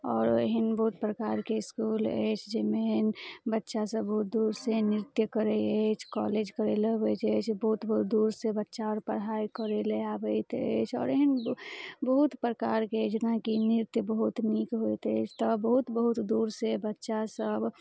आओर एहन बहुत प्रकारके इसकुल अछि जइमे एहन बच्चा सब बहुत दूरसँ नृत्य करय अछि कॉलेज करय लए अबैत अछि बहुत बहुत दूरसँ बच्चा अर पढ़ाइ करय लए अबैत अछि आओर एहन बहुत प्रकारके अछि जेनाकि नृत्य बहुत नीक होइत अछि तऽ बहुत बहुत दूरसँ बच्चा सब